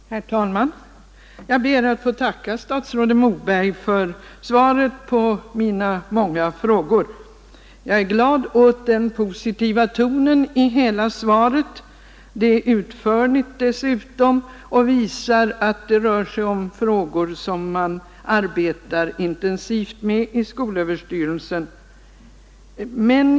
Herr talman! Jag ber att få tacka statsrådet Moberg för svaret på mina många frågor. Jag är glad åt den positiva tonen i hela svaret. Det är utförligt dessutom och visar att det rör sig om frågor som man arbetar intensivt med i skolöverstyrelsen.